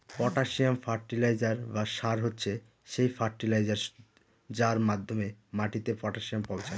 potassium fertiliser বা সার হচ্ছে সেই ফার্টিলাইজার যার মাধ্যমে মাটিতে পটাসিয়াম পৌঁছায়